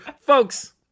Folks